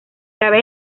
cabe